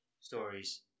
stories